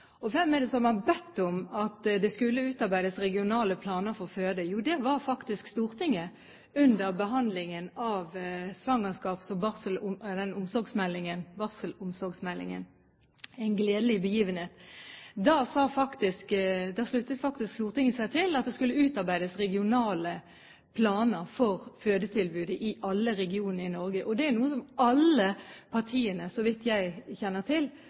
Og hvem er det som har bedt om at det skulle utarbeides regionale planer for fødetilbudet? Jo, det var faktisk Stortinget under behandlingen av fødsels- og barselomsorgsmeldingen En gledelig begivenhet. Da sluttet Stortinget seg til at det skulle utarbeides regionale planer for fødetilbudet i alle regionene i Norge. Og alle partiene, så vidt jeg kjenner til,